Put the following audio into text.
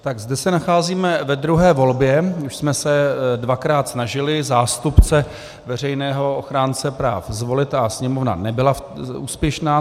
Tak zde se nacházíme ve druhé volbě, už jsme se dvakrát snažili zástupce veřejného ochránce práv zvolit a Sněmovna nebyla úspěšná.